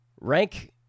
Rank